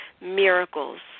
miracles